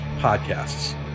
podcasts